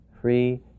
Free